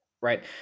right